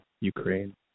Ukraine